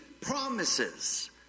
promises